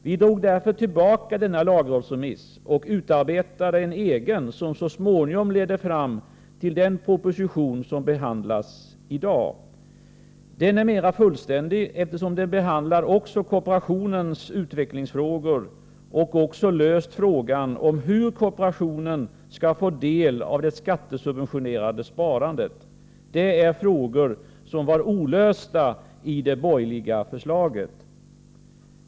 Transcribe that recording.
Vi drog därför tillbaka denna lagrådsremiss och utarbetade en egen, som så småningom ledde fram till den proposition som behandlas i dag. Den är mera fullständig, eftersom den behandlar också kooperationens utvecklingsfrågor och frågan om hur kooperationen skall få del av det skattesubventionerade sparandet har lösts. Det är frågor som var olösta i det borgerliga förslaget.